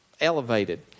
elevated